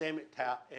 לצמצם את היישובים,